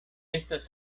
estas